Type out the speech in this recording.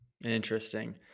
Interesting